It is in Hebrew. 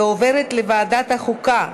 ועוברת לוועדת החוקה,